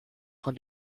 von